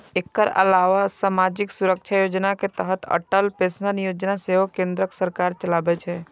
एकर अलावा सामाजिक सुरक्षा योजना के तहत अटल पेंशन योजना सेहो केंद्र सरकार चलाबै छै